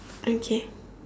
okay